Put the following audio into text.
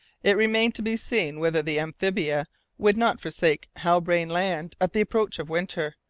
it remained to be seen whether the amphibia would not forsake halbrane land at the approach of winter,